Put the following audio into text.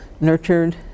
nurtured